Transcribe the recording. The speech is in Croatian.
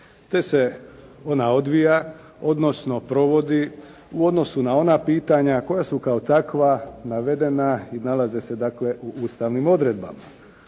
te se ona odvija, odnosno provodi u odnosu na ona pitanja koja su kao takva navedena i nalaze se, dakle u ustavnim odredbama.